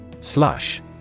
Slush